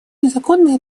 незаконный